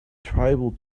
tribal